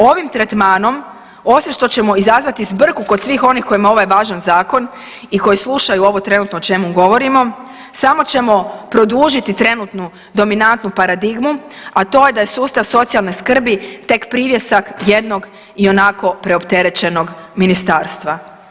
Ovim tretmanom, osim što ćemo izazvati zbrku kod svih onih kojima je ovaj važan zakon i koji slušaju ovo trenutno o čemu govorimo, samo ćemo produžiti trenutnu dominantnu paradigmu, a to je da je sustav socijalne skrbi tek privjesak jednog i onako preopterećenog ministarstva.